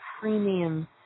premium